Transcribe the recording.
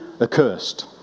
accursed